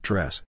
Dress